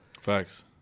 Facts